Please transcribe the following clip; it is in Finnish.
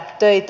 töitä